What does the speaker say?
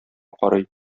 карый